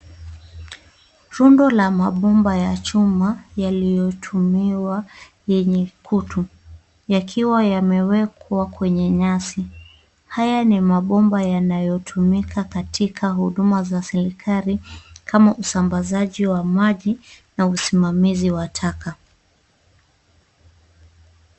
Rundo la mabomba ya chuma yaliyotumiwa yenye kutu, yakiwa yamewekwa kwenye nyasi. Haya ni mabomba yanayotumika katika huduma za serikali kama usambazaji wa maji na usimamizi wa taka.